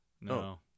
No